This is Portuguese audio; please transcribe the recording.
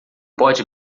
pode